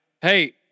Hey